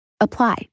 apply